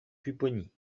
pupponi